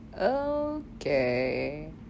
Okay